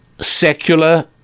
secular